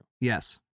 Yes